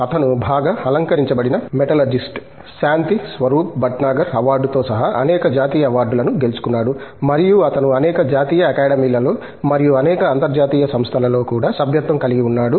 అతను బాగా అలంకరించబడిన మెటలర్జిస్ట్ శాంతి స్వరూప్ భట్నాగర్ అవార్డుతో సహా అనేక జాతీయ అవార్డులను గెలుచుకున్నాడు మరియు అతను అనేక జాతీయ అకాడమీలలో మరియు అనేక అంతర్జాతీయ సంస్థలలో కూడా సభ్యత్వం కలిగి ఉన్నాడు